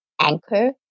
anchor